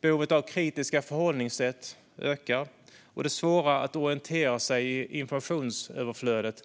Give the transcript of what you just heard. Behovet av kritiska förhållningssätt ökar. Och det svåra att orientera sig i informationsöverflödet